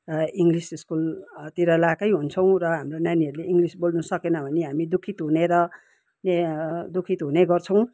English स्कुलतिर लाएकै हुन्छौँ र हाम्रो नानीहरूले इङ्ग्लिस बोल्न सकेन भने हामी दुःखित हुने र दुःखित हुने गर्छौँ